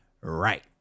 right